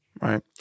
right